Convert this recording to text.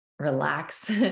Relax